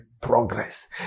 progress